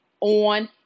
on